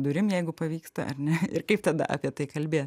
durim jeigu pavyksta ar ne ir kaip tada apie tai kalbėt